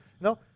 no